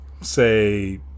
say